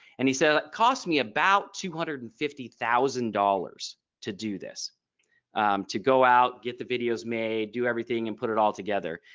and he said cost me about two hundred and fifty thousand dollars to do this to go out get the videos may do everything and put it all together.